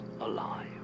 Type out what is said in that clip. alive